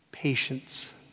patience